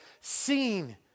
seen